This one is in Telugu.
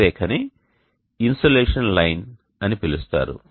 ఈ రేఖని "ఇన్సోలేషన్ లైన్" అని పిలుస్తారు